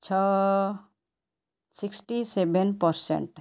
ଛଅ sixty seven percent